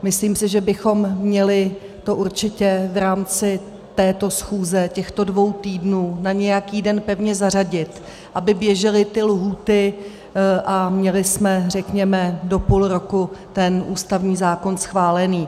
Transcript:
Myslím si, že bychom to měli určitě v rámci této schůze, těchto dvou týdnů, na nějaký den pevně zařadit, aby běžely lhůty a měli jsme řekněme do půl roku ten ústavní zákon schválený.